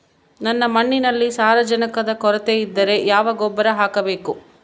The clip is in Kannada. ನನ್ನ ಮಣ್ಣಿನಲ್ಲಿ ಸಾರಜನಕದ ಕೊರತೆ ಇದ್ದರೆ ಯಾವ ಗೊಬ್ಬರ ಹಾಕಬೇಕು?